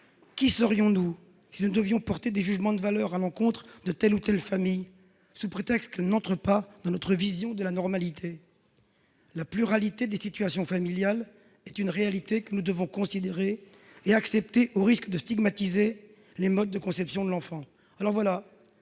Qui serions-nous si nous devions porter des jugements de valeur à l'encontre de telle ou telle famille, sous prétexte qu'elle n'entre pas dans notre vision de la « normalité »? La pluralité des situations familiales est une réalité que nous devons considérer et accepter, sous peine de stigmatiser certains modes de conception de l'enfant.